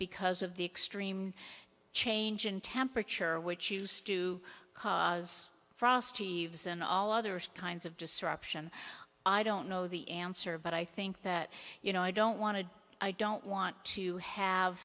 because of the extreme change in temperature which used to cause frost heaves and all others kinds of disruption i don't know the answer but i think that you know i don't want to i don't want to have